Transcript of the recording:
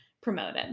promoted